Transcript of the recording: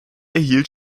erhielt